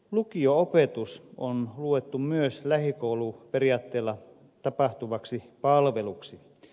lukio opetus on luettu myös lähikouluperiaatteella tapahtuvaksi palveluksi